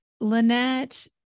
Lynette